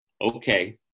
Okay